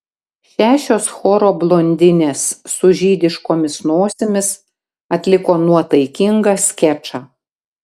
šešios choro blondinės su žydiškomis nosimis atliko nuotaikingą skečą